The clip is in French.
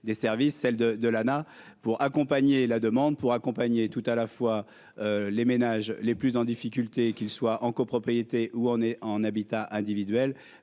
des services celle de de l'pour accompagner la demande pour accompagner tout à la fois les ménages les plus en difficulté, qu'il soit en copropriété où on est en habitat individuel